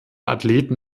athleten